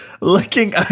Looking